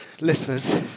listeners